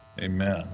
amen